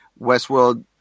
Westworld